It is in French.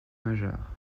majeur